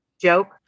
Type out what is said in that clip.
joke